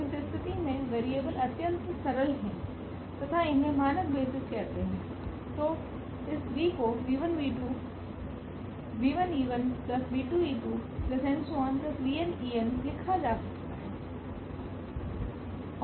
इस स्थिति में वेरिएबल अत्यंत सरल है तथा इन्हें मानक बेसिस कहते है तो इस v को लिखा जा सकता है